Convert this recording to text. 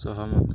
ସହମତ